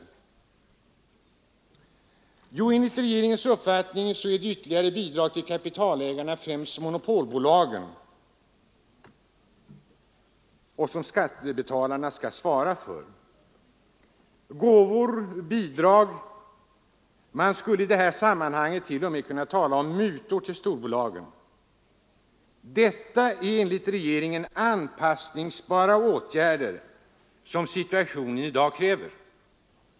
Jo, enligt regeringens uppfattning är det ytterligare bidrag till kapitalägarna, främst monopolbolagen, som skattebetalarna skall svara för. Gåvor och bidrag — man skulle i det här sammanhanget t.o.m. kunna tala om mutor — till storbolagen, det är enligt regeringen anpassningsbara åtgärder som situationen i dag kräver.